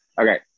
Okay